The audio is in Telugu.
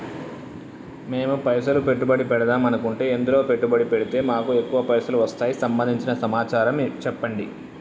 మేము పైసలు పెట్టుబడి పెడదాం అనుకుంటే ఎందులో పెట్టుబడి పెడితే మాకు ఎక్కువ పైసలు వస్తాయి సంబంధించిన సమాచారం చెప్పండి?